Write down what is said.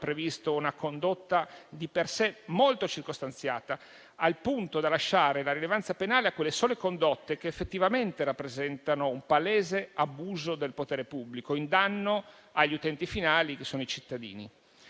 previsto una condotta di per sé molto circostanziata, al punto da lasciare la rilevanza penale a quelle sole condotte che effettivamente rappresentano un palese abuso del potere pubblico, in danno agli utenti finali, ossia i cittadini.